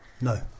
No